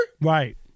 Right